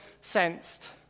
sensed